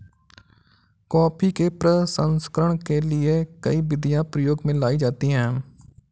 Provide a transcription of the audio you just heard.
coffee के प्रसंस्करण के लिए कई विधियां प्रयोग में लाई जाती हैं